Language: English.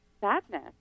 sadness